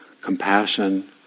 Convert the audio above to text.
compassion